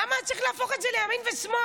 למה היה צריך להפוך את זה לימין ושמאל?